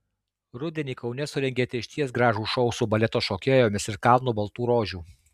rudenį kaune surengėte išties gražų šou su baleto šokėjomis ir kalnu baltų rožių